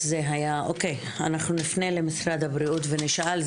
אנחנו נפנה למשרד הבריאות ונשאל.